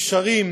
גשרים.